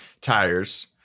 tires